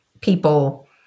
people